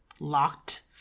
locked